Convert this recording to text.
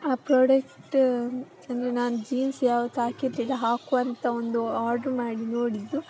ಆ ಪ್ರಾಡಕ್ಟ್ ಅಂದರೆ ನಾನು ಜೀನ್ಸ್ ಯಾವತ್ತೂ ಹಾಕಿರಲಿಲ್ಲ ಹಾಕುವ ಅಂತ ಒಂದು ಆರ್ಡ್ರ್ ಮಾಡಿ ನೋಡಿದ್ದು